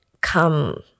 come